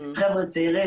חבר'ה צעירים.